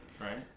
right